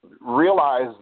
realize